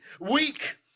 weak